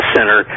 Center